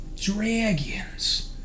Dragons